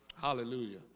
Hallelujah